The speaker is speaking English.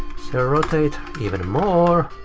so rotate even more,